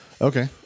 Okay